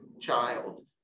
child